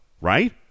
right